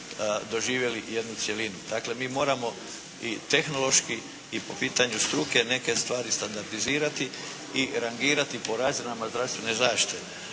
doživjeli jednu cjelinu. Dakle mi moramo i tehnološki i po pitanju struke neke stvari standardizirati i rangirati po razinama zdravstvene zaštite.